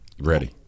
Ready